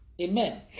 Amen